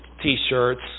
t-shirts